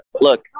look